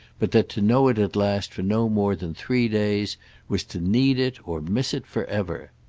but that to know it at last for no more than three days was to need it or miss it for ever.